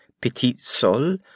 Petit-Sol